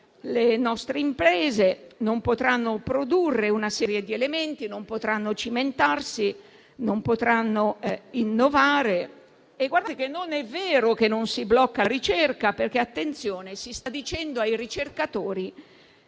le nostre imprese non potranno produrre una serie di elementi, non potranno cimentarsi, non potranno innovare. Non è vero che non si blocca la ricerca, perché si sta dicendo ai ricercatori